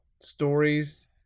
stories